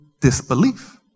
disbelief